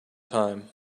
time